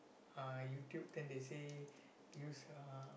uh YouTube then they say use uh